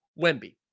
Wemby